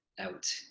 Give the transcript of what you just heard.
out